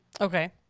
Okay